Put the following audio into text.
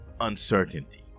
uncertainty